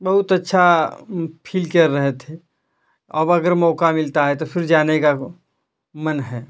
बहुत अच्छा फील कर रहे थे अब अगर मौका मिलता है तो फ़िर जाने का गो मन है